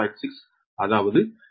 6 அதாவது 3